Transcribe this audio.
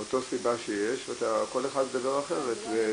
אותה סיבה וכל אחד מדבר אחרת.